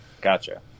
gotcha